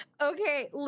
Okay